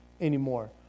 anymore